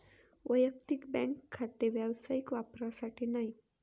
वैयक्तिक बँक खाते व्यावसायिक वापरासाठी नाही